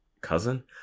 cousin